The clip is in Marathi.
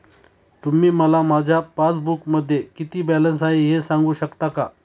तुम्ही मला माझ्या पासबूकमध्ये किती बॅलन्स आहे हे सांगू शकता का?